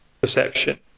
perception